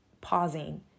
pausing